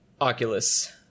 oculus